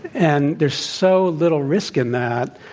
and there's so little risk in that.